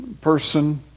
person